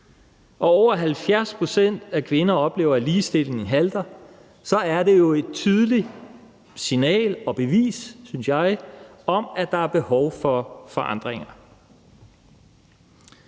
og over 70 pct. af kvinder oplever, at ligestillingen halter, er det jo et tydeligt signal om og bevis, synes jeg, på, at der er behov for forandringer.